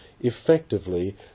effectively